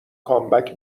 کامبک